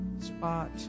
spot